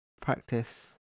practice